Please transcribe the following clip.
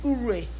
Ure